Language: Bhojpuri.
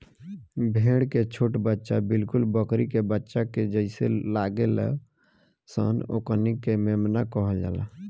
भेड़ के छोट बच्चा बिलकुल बकरी के बच्चा के जइसे लागेल सन ओकनी के मेमना कहल जाला